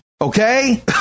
okay